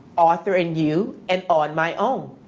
author and you and on my own.